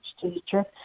teacher